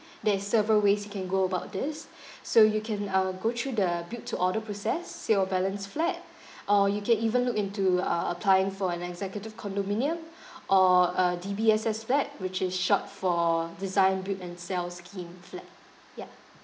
there is several ways you can go about this so you can uh go through the build to order process sale of balance flat or you can even look into uh applying for an executive condominium or a D_B_S_S flat which is short for design build and sell scheme flat yeah